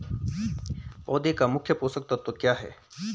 पौधें का मुख्य पोषक तत्व क्या है?